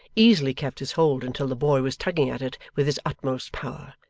easily kept his hold until the boy was tugging at it with his utmost power,